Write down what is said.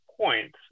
points